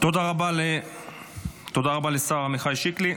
תודה רבה לשר עמיחי שיקלי.